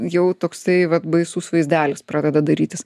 jau toksai vat baisus vaizdelis pradeda darytis